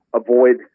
avoid